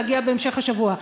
להגיע בהמשך השבוע.